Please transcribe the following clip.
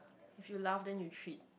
if you laugh then you treat